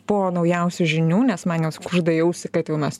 po naujausių žinių nes man jos kužda į ausį kad jau mes